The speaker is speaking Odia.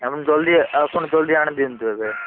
ଆପଣ ଜଲ୍ଦି ଆପଣ ଜଲ୍ଦି ଆଣିଦିଅନ୍ତୁ ଏବେ